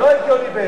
לא הגיוני בעיני.